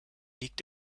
liegt